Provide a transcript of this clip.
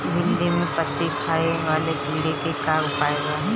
भिन्डी में पत्ति खाये वाले किड़ा के का उपाय बा?